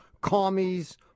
commies